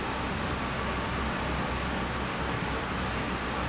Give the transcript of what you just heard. but then like certain days I come back on like to office